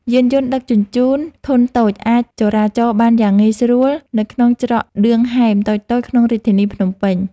យានយន្តដឹកជញ្ជូនធុនតូចអាចចរាចរបានយ៉ាងងាយស្រួលនៅក្នុងច្រកឌឿងហែមតូចៗក្នុងរាជធានីភ្នំពេញ។